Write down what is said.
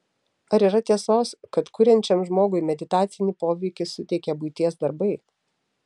ar yra tiesos kad kuriančiam žmogui meditacinį poveikį suteikia buities darbai